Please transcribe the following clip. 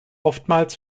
oftmals